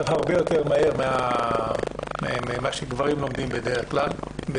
הרבה יותר מהר ממה שגברים לומדים בדרך כלל,